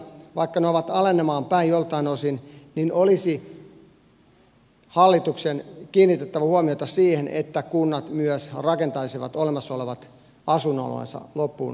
vaikka ne ovat alenemaan päin joiltain osin niin olisi hallituksen kiinnitettävä huomiota siihen että kunnat myös rakentaisivat olemassa olevat asuinalueensa loppuun saakka